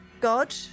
god